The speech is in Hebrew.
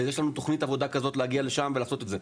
ויש לנו תוכנית עבודה כזאת להגיע לשם ולעשות את זה.